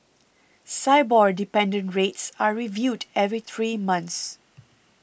Sibor dependent rates are reviewed every three months